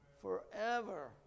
Forever